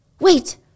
Wait